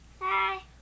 Hi